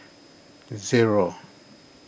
zero